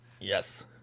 Yes